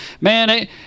man